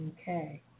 Okay